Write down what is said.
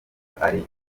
ari